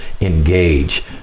engage